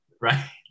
right